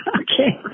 okay